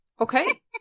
Okay